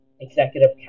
executive